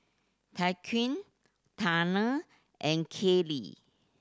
Tyquan Tanner and Kaylee